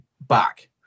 back